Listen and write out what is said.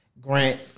Grant